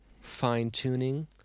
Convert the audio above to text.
fine-tuning